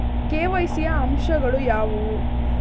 KYC ಯ ಅಂಶಗಳು ಯಾವುವು?